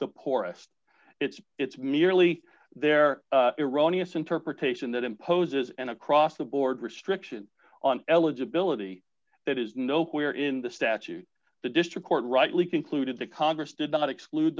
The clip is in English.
the poorest it's it's merely there eroni us interpretation that imposes an across the board restriction on eligibility that is nowhere in the statute the district court rightly concluded that congress did not exclude